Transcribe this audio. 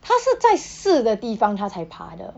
它是在湿的地方它才爬的